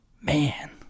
man